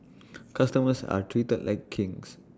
customers are treated like kings